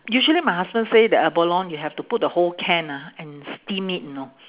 usually my husband say the abalone you have to put the whole can ah and steam it you know